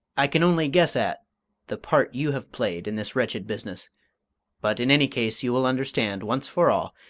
i can only guess at the part you have played in this wretched business but in any case you will understand, once for all,